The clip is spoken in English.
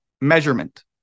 measurement